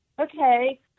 Okay